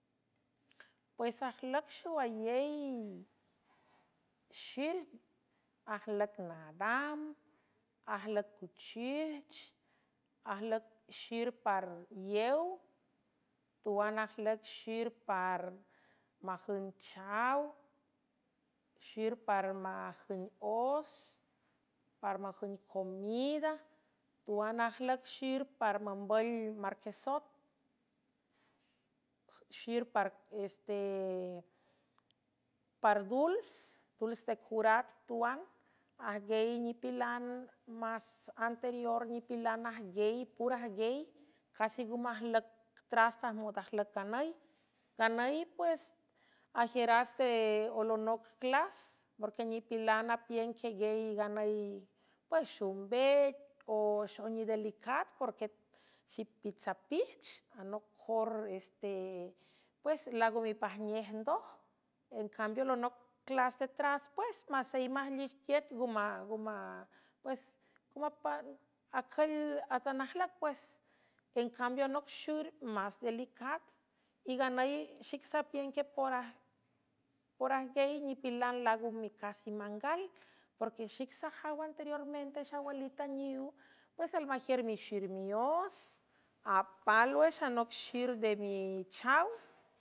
Pues ajlüc xoalel xir ajlüc nadam ajlüccuchich ajlücxir par lew tuan ajlüc xir prmajün chaw xir par majün os par majün comida tuan ajlüc xir par mambül marquiesoetxi se par dduls de curat tuan ajguiey nipilan más anterior nipilan ajgiey purajgiey casi ngomeajlüc tras tajmond ajlüc ganüy nganüy pues agiüras deolonoc clas porque nipilan apien queguiey nganüy pues xomvec oxoni delicat porque ipisapich anoc jor e laago mipajñej ndoj encambi lonoc clas detras pues masey majlich tiet ngngecülatan ajlüc pues encambia anoc xir más delicat y nganüy xic sapiün que porajgiey nipilan lago micasi mangael porque xic sajaw anteriormente xawalitaniw pues almajiür mixir mios apálwüx anoc xir de michawa.